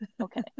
Okay